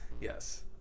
yes